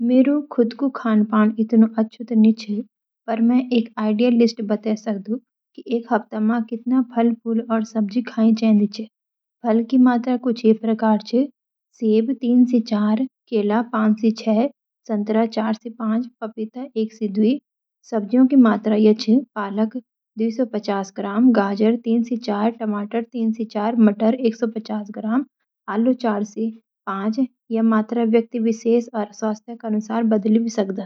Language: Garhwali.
"मेरु खुद कु खानपान इतनाे अच्छू त नी छ, पर मैं एक आइडियल लिस्ट बते सकदु कि एक हफ्ता मा कितना फल-फुल अर सब्ज़ी खायें चहदि छ। फल की मात्रा कुछ ये प्रकार छ सेब - तीन सी चार, केला - पांच सी छ संतरा - चार सी पांच पपीता - एक सी द्वि सब्ज़ियाँ की मात्रा य छ पालक - दो सो पचास ग्राम गाजर - तीन सी चार टमाटर - तीन सी चार मटर - एक सो पचास ग्राम आलू - चार सी पांच या मात्रा व्यक्ति विशेष अर स्वास्थ्य का अनुसार बदली भी सकदा।"